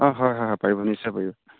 অঁ হয় হয় হয় পাৰিব নিশ্চয় পাৰিব